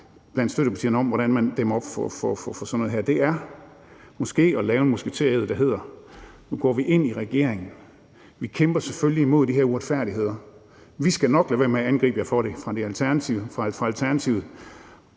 blandt støttepartierne, om, hvordan man dæmmer op for sådan noget her, er måske at lave en musketered, der hedder, at nu går man ind i regeringen. Man kæmper selvfølgelig imod de her uretfærdigheder – vi skal nok lade være med at angribe jer for det fra Alternativets